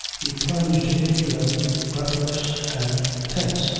he plunged into them breathless and tense,